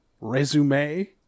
Resume